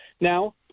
now